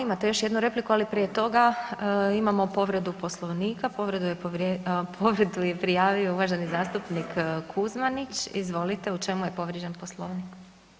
Imate još jednu repliku ali prije toga, imamo povredu Poslovnika, povredu je prijavio uvaženi zastupnik Kuzmanić, izvolite, u čemu je povrijeđen Poslovnik?